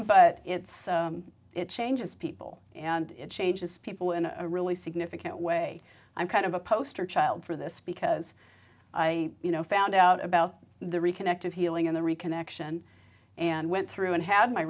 but it's it changes people and it changes people in a really significant way i'm kind of a poster child for this because i you know found out about the reconnected healing in the reconnection and went through and had my